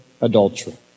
adultery